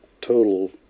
total